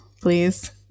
please